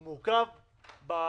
הוא מורכב בבסיס,